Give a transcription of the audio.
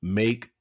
make